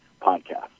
Podcast